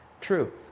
true